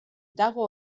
dago